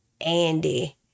Andy